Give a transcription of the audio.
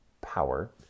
power